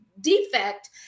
Defect